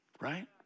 Right